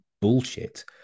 bullshit